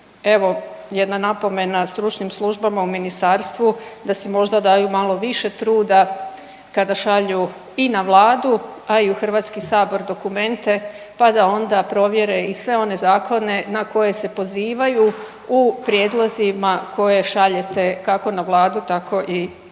evo jedna napomena stručnim službama u ministarstvu da si možda daju malo više truda kada šalju i na Vladu, a i u Hrvatski sabor dokumente pa da onda provjere i sve one zakone na koje se pozivaju u prijedlozima koje šaljete kako na Vladu, tako i u Hrvatski sabor.